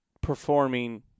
performing